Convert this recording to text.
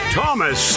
Thomas